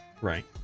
Right